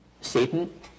Satan